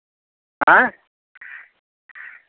आँय